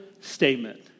statement